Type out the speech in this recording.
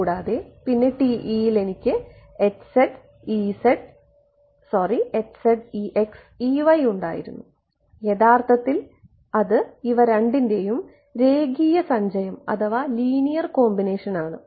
കൂടാതെ പിന്നെ TE യിൽ എനിക്ക് ഉണ്ടായിരുന്നു യഥാർത്ഥത്തിൽ അത് ഇവ രണ്ടിൻറെയും രേഖീയസഞ്ചയം ആണ്